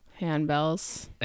handbells